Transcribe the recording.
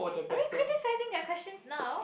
are we criticizing their questions now